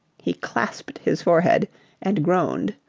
he clasped his forehead and groaned.